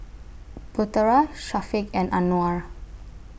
Putera Syafiq and Anuar